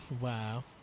Wow